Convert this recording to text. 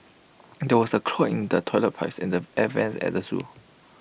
there was A clog in the toilet pipes and the air Vents at the Zoo